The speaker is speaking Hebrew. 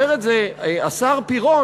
אומר את זה השר פירון,